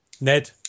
Ned